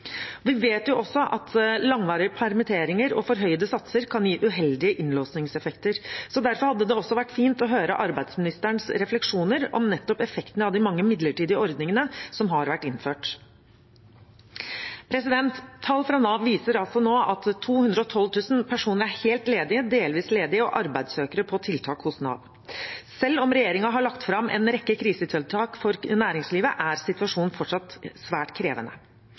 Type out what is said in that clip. Vi vet jo også at langvarige permitteringer og forhøyete satser kan gi uheldige innlåsingseffekter. Derfor hadde det også vært fint å høre arbeidsministerens refleksjoner om nettopp effekten av de mange midlertidige ordningene som har vært innført. Tall fra Nav viser altså nå at 212 000 personer er helt ledige, delvis ledige og arbeidssøkere på tiltak hos Nav. Selv om regjeringen har lagt fram en rekke krisetiltak for næringslivet, er situasjonen fortsatt svært krevende.